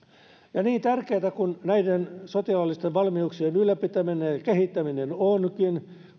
niin tärkeätä kuin näiden sotilaallisten valmiuksien ylläpitäminen ja kehittäminen onkin